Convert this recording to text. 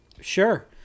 Sure